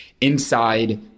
inside